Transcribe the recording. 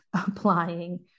applying